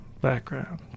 background